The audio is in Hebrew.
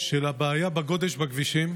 של בעיית הגודש בכבישים,